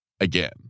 again